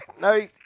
No